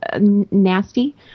nasty